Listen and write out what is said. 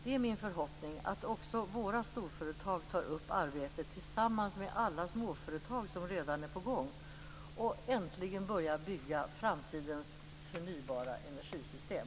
Det är min förhoppning att också våra storföretag tar upp arbetet tillsammans med alla småföretag som redan är på gång och äntligen börjar bygga framtidens förnybara energisystem.